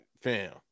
fam